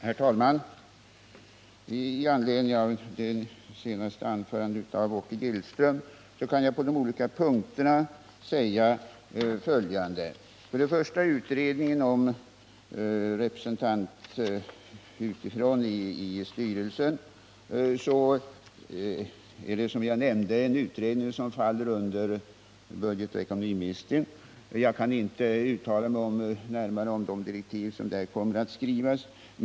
Herr talman! Med anledning av Åke Gillströms senaste anförande kan jag säga följande om de olika punkterna. 1 Utredningen om en representation utifrån i styrelsen faller, som jag nämnde, under budgetoch ekonomiministern. Jag kan inte uttala mig närmare om de direktiv som där kommer att skrivas.